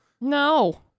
No